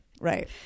right